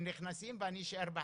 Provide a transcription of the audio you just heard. הם נכנסים ואני אשאר בחוץ.